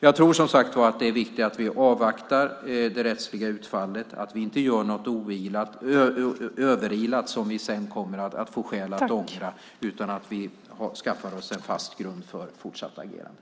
Jag tror som sagt att det är viktigt att vi avvaktar det rättsliga utfallet och inte gör något överilat som vi sedan kommer att få skäl att ångra. Vi ska skaffa oss en fast grund för fortsatt agerande.